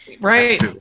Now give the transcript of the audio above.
Right